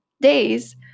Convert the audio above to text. days